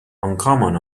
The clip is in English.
uncommon